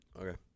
Okay